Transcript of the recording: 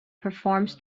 performs